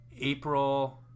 April